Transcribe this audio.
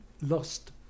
Lost